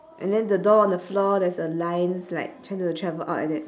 and then the door on the floor there's a lines like trying to travel out like that